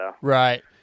Right